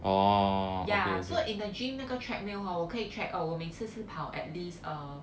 ya so in the gym 那个 treadmill hor 我可以 track oh 我每次是跑 at least uh